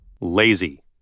Lazy